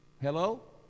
Hello